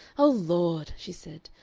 oh, lord! she said,